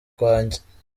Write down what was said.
kwanjye